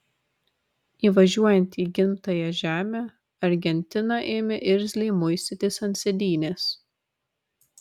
įvažiuojant į gimtąją žemę argentina ėmė irzliai muistytis ant sėdynės